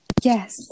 Yes